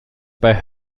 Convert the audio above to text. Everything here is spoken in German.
bei